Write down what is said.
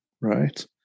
Right